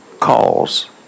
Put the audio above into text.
calls